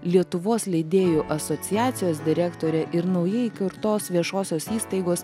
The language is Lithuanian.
lietuvos leidėjų asociacijos direktorė ir naujai įkurtos viešosios įstaigos